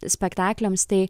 spektakliams tai